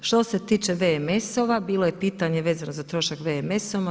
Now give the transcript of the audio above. Što se tiče VMS-ova bilo je pitanje vezano za trošak VMS-ova.